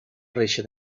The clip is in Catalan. reixa